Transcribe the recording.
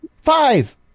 five